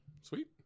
Sweet